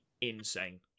insane